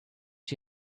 you